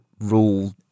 rule